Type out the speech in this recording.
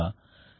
54